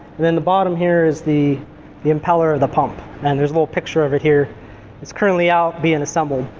then the bottom here is the the impeller of the pump. and there is a little picture of it here. it is currently out being assembled.